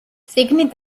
წიგნი